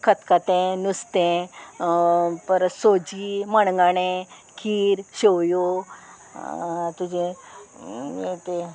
खतखतें नुस्तें परत सोजी मणगणें खीर शेवयो तुजें तें